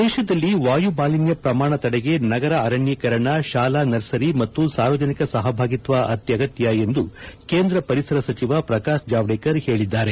ದೇಶದಲ್ಲಿ ವಾಯು ಮಾಲಿನ್ಯ ಪ್ರಮಾಣ ತಡೆಗೆ ನಗರ ಅರಣ್ಯೀಕರಣ ಶಾಲಾ ನರ್ಸರಿ ಮತ್ತು ಸಾರ್ವಜನಿಕ ಸಹಭಾಗಿತ್ವ ಅತ್ಯಗತ್ಯ ಎಂದು ಕೇಂದ್ರ ಪರಿಸರ ಸಚಿವ ಪ್ರಕಾಶ್ ಜಾವ್ಡೇಕರ್ ಹೇಳಿದ್ದಾರೆ